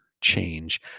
change